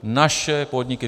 Naše podniky.